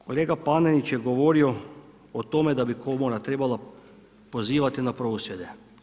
Kolega Panenić je govorio o tome da bi komora trebala pozivati na prosvjede.